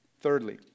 Thirdly